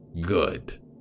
good